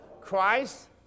Christ